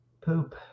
Poop